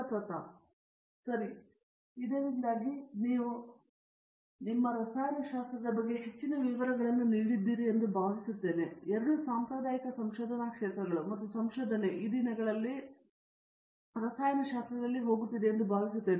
ಪ್ರತಾಪ್ ಹರಿಡೋಸ್ ಸರಿ ಇದರಿಂದಾಗಿ ನೀವು ನಿಮ್ಮ ರಸಾಯನಶಾಸ್ತ್ರದ ಬಗ್ಗೆ ಹೆಚ್ಚಿನ ವಿವರಗಳನ್ನು ನೀಡಿದ್ದೇವೆ ಎಂದು ನಾನು ಭಾವಿಸುತ್ತೇನೆ ಎರಡೂ ಸಾಂಪ್ರದಾಯಿಕ ಸಂಶೋಧನಾ ಕ್ಷೇತ್ರಗಳು ಮತ್ತು ಸಂಶೋಧನೆ ನಿಮಗೆ ಈ ದಿನಗಳಲ್ಲಿ ರಸಾಯನಶಾಸ್ತ್ರದಲ್ಲಿ ಹೋಗುತ್ತಿದೆ ಎಂದು ನಾನು ಭಾವಿಸುತ್ತೇನೆ